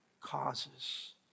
causes